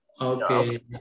Okay